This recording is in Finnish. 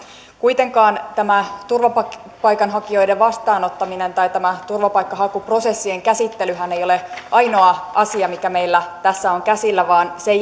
kuitenkaan tämä turvapaikanhakijoiden vastaanottaminen tai tämä turvapaikanhakuprosessien käsittelyhän ei ole ainoa asia mikä meillä tässä on käsillä vaan sen